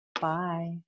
Bye